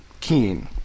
Keen